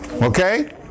Okay